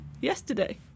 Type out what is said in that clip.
yesterday